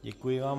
Děkuji vám.